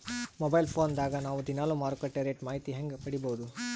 Mobile phone ದಾಗ ನಾವು ದಿನಾಲು ಮಾರುಕಟ್ಟೆ ರೇಟ್ ಮಾಹಿತಿ ಹೆಂಗ ಪಡಿಬಹುದು?